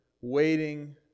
waiting